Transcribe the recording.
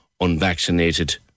unvaccinated